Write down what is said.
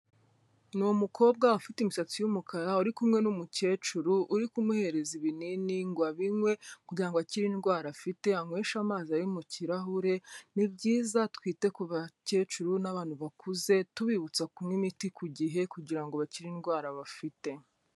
Ni umukobwa ufite imisatsi y'umukara, uri kumwe n'umukecuru uri kumuhereza ibinini ngo abinywe kugira ngo akire indwara afite, anyweshe amazi ari mu kirahure, ni byiza twite ku bakecuru n'abantu bakuze tubibutsa kunywa imiti ku gihe, kugira ngo bakire indwara bafite.